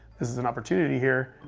this is an opportunity here.